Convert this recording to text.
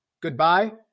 Goodbye